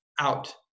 out